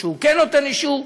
או שהוא כן נותן אישור,